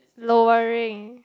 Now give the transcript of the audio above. lowering